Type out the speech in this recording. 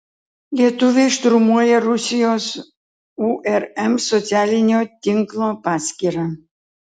lietuviai šturmuoja rusijos urm socialinio tinklo paskyrą